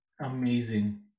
Amazing